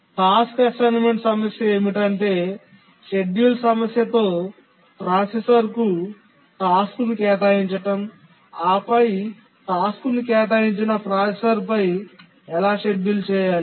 task assignment సమస్య ఏమిటంటే schedule సమస్యతో ప్రాసెసర్కు టాస్క్ను కేటాయించడం ఆపై టాస్క్ను కేటాయించిన ప్రాసెసర్పై ఎలా షెడ్యూల్ చేయాలి